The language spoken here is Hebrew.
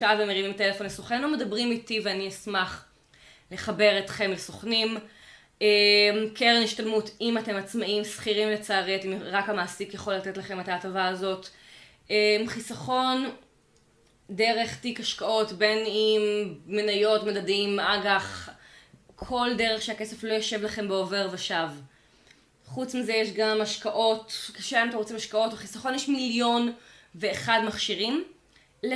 תא ומרים עם טלפון לסוכן, או מדברים איתי ואני אשמח לחבר אתכם לסוכנים. קרן השתלמות, אם אתם עצמאים, שכירים לצערי, רק המעסיק יכול לתת לכם את ההטבה הזאת. חיסכון, דרך תיק השקעות, בין אם מניות, מדדים, אגח, כל דרך שהכסף לא יושב לכם בעובר ושב. חוץ מזה יש גם השקעות, כשאם אתה רוצה משקעות או חיסכון, יש מיליון ואחד מכשירים.